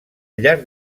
llarg